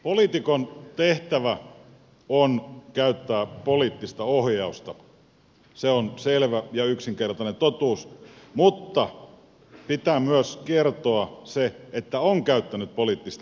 poliitikon tehtävänä on käyttää poliittista ohjausta se on selvä ja yksinkertainen totuus mutta pitää myös kertoa se että on käyttänyt poliittista ohjausta